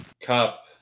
Cup